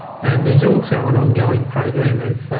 and there's also an ongoing program of